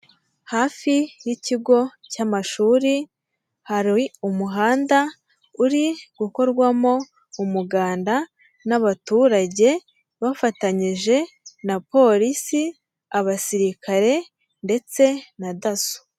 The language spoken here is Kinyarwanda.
Hafi y'ikigo cy'amashuri, hari umuhanda uri gukorwamo umuganda n'abaturage bafatanyije na polisi, abasirikare ndetse na daso.